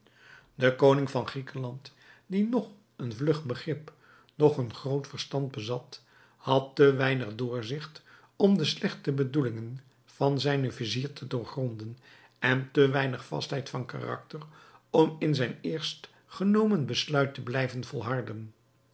de koning van griekenland die noch een vlug begrip noch een groot verstand bezat had te weinig doorzigt om de slechte bedoelingen van zijnen vizier te doorgronden en te weinig vastheid van karakter om in zijn eerst genomen besluit te blijven volharden